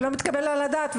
ולא מתקבל על הדעת.